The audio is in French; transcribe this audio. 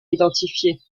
identifiées